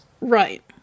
Right